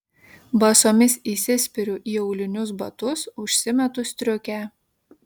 basomis įsispiriu į aulinius batus užsimetu striukę